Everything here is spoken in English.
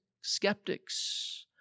skeptics